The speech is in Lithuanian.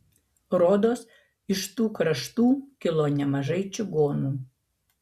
rodos iš tų kraštų kilo nemažai čigonų